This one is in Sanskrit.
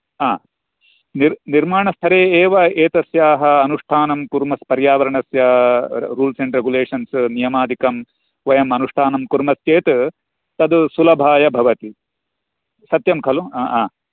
आ निर् निर्माणस्तरे एव एतस्याः अनिष्ठानं कुर् पर्यावरणस्य रूल्स् अण्ड् रेगुलेषन्स् नियमादिकं वयं अनुष्ठानं कुर्मश्चेत् तद् सुलभाय भवति सत्यं खलु